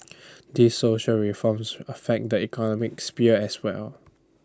these social reforms affect the economic sphere as well